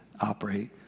operate